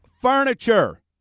furniture